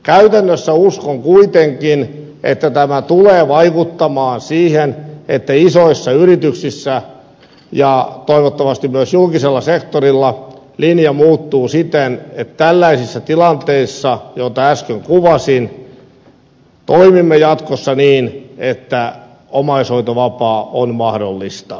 käytännössä uskon kuitenkin että tämä tulee vaikuttamaan siihen että isoissa yrityksissä ja toivottavasti myös julkisella sektorilla linja muuttuu siten että tällaisissa tilanteissa jollaista äsken kuvasin toimimme jatkossa niin että omaishoitovapaa on mahdollista